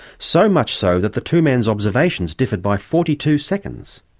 so much so that the two men's observations differed by forty two seconds.